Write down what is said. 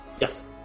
yes